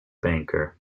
banker